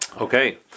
Okay